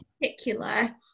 particular